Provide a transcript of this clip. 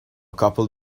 capall